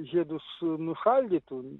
žiedus nušaldytų